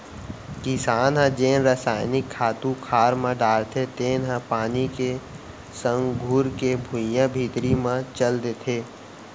किसान ह जेन रसायनिक खातू खार म डारथे तेन ह पानी के संग घुरके भुइयां भीतरी म चल देथे